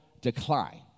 decline